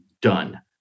done